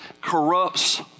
corrupts